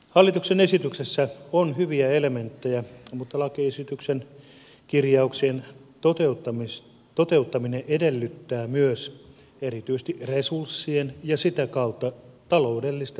hallituksen esityksessä on hyviä elementtejä mutta lakiesityksen kirjauk sien toteuttaminen edellyttää myös erityisesti resurssien ja sitä kautta taloudellisten vaikutusten arviointia